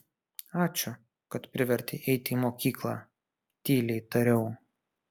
ačiū kad privertei eiti į mokyklą tyliai tariau